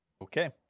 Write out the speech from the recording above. Okay